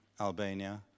Albania